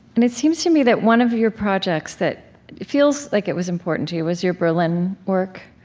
and it seems to me that one of your projects that feels like it was important to you was your berlin work,